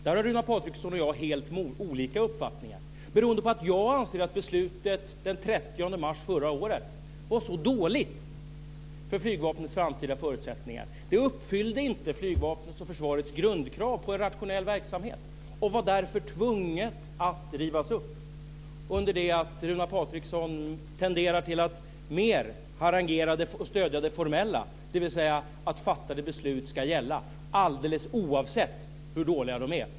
Där har Runar Patriksson och jag helt olika uppfattningar beroende på att jag anser att beslutet den 30 mars förra året var dåligt för flygvapnets framtida förutsättningar. Det uppfyllde inte flygvapnets och försvarets grundkrav på en rationell verksamhet, och det var därför nödvändigt att riva upp det. Runar Patriksson tenderar däremot mer att stödja det formella, dvs. att fattade beslut ska gälla - alldeles oavsett hur dåliga de är.